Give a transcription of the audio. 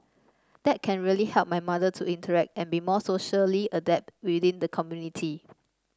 that can really help my mother to interact and be more socially adept within the community